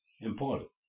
important